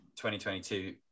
2022